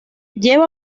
lleva